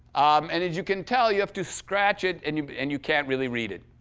um and as you can tell, you have to scratch it, and you but and you can't really read it.